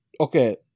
okay